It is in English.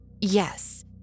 yes